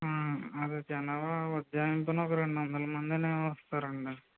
అదే జనాభా ఉజ్జాయింపు ఒక రెండు వందల మంది వస్తారండి